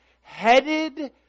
headed